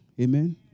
Amen